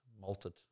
malted